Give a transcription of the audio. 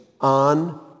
on